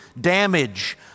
damage